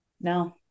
no